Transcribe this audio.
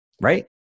right